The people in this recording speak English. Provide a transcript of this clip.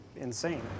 Insane